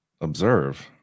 observe